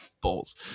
balls